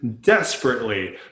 desperately